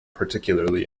particularly